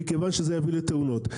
מכיוון שזה יביא לתאונות.